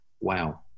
wow